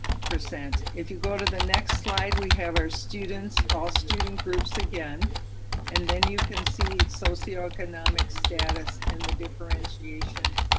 if you go to the next slide, we have our students, all student groups again and then you can see socioeconomic status and the differentiation